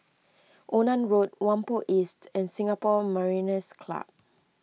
Onan Road Whampoa East and Singapore Mariners' Club